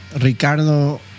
Ricardo